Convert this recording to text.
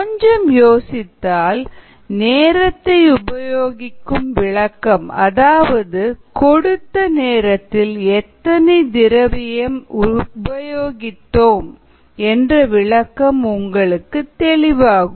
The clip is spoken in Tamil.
கொஞ்சம் யோசித்தால் நேரத்தை உபயோகிக்கும் விளக்கம் அதாவது கொடுத்த நேரத்தில் எத்தனை திரவியம் உபயோகித்தோம் என்ற விளக்கம் உங்களுக்கு தெளிவாகும்